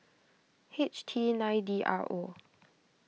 H T nine D R O